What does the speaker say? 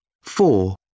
Four